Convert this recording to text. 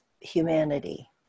humanity